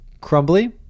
crumbly